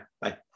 Bye